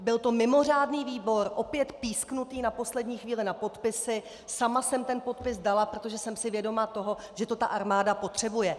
Byl to mimořádný výbor, opět písknutý na poslední chvíli na podpisy, sama jsem ten podpis dala, protože jsem si vědoma toho, že to ta armáda potřebuje.